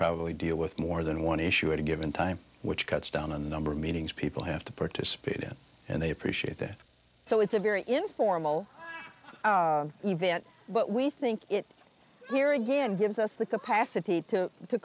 probably deal with more than one issue at a given time which cuts down on the number of meetings people have to participate in and they appreciate that so it's a very informal event but we think it here again gives us the capacity to